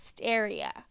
area